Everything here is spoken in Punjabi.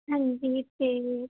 ਹਾਂਜੀ ਅਤੇ